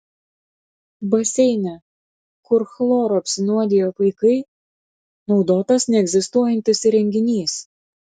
baseine kur chloru apsinuodijo vaikai naudotas neegzistuojantis įrenginys